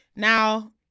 Now